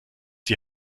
die